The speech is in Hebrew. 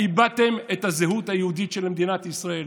בדבר הזה איבדתם את הזהות היהודית של מדינת ישראל.